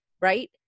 right